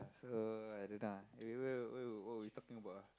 so I don't know ah eh where were where were what were we talking about ah